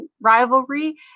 rivalry